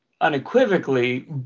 unequivocally